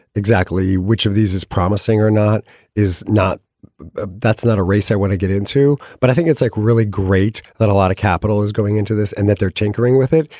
exactly. which of these is promising or not is not that's not a race i want to get into. but i think it's like really great that a lot of capital is going into this and that they're tinkering with it.